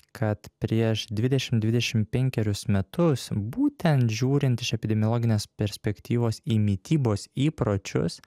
kad prieš dvidešim dvidešim penkerius metus būtent žiūrint iš epidemiologinės perspektyvos į mitybos įpročius